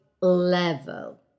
level